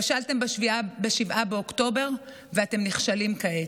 כשלתם ב-7 באוקטובר, ואתם נכשלים כעת.